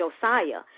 Josiah